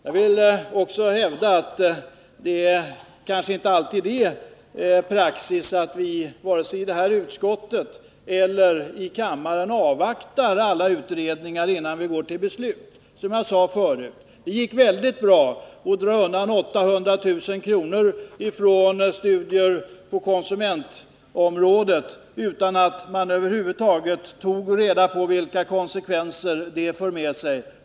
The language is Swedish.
Jag vill också hävda att det kanske inte alltid är praxis att vi vare sig i utskottet eller i kammaren avvaktar alla utredningar innan vi går till beslut, som jag sade förut. Det gick väldigt bra att dra undan 800 000 kr. för studier på konsumentområdet utan att man över huvud taget tog reda på vilka konsekvenser det för med sig.